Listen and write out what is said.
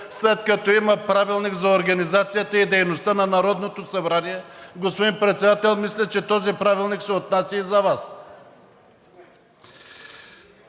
след като има Правилник за организацията и дейността на Народното събрание. Господин Председател, мисля, че този правилник се отнася и за Вас.